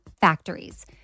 factories